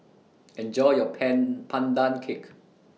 Enjoy your Pan Pandan Cake